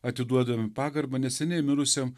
atiduodami pagarbą neseniai mirusiam